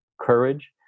courage